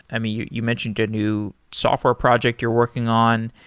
i mean, you mentioned a new software project you're working on.